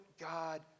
God